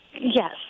Yes